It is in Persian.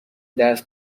درس